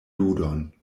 ludon